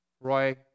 Roy